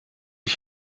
ich